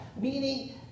Meaning